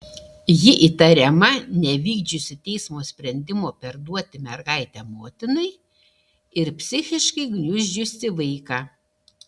ji įtariama nevykdžiusi teismo sprendimo perduoti mergaitę motinai ir psichiškai gniuždžiusi vaiką